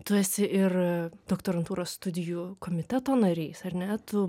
tu esi ir doktorantūros studijų komiteto narys ar ne tu